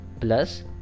plus